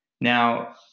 Now